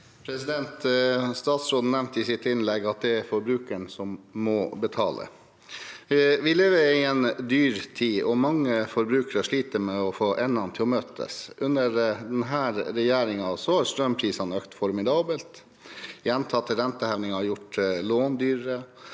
Statsråden nevnte i sitt innlegg at det er forbrukeren som må betale. Vi lever i en dyrtid, og mange forbrukere sliter med å få endene til å møtes. Under denne regjeringen har strømprisene økt formidabelt, gjentatte rentehevinger har gjort lån dyrere,